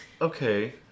okay